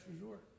resort